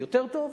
יותר טוב,